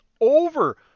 over